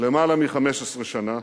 למעלה מ-15 שנה.